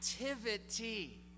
activity